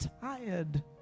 tired